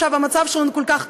המצב שלנו עכשיו כל כך טוב,